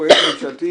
צריך הרבה פעמים לבוא,